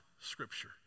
Scripture